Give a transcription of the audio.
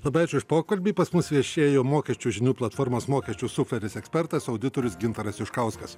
labai ačiū už pokalbį pas mus viešėjo mokesčių žinių platformos mokesčių sufleris ekspertas auditorius gintaras juškauskas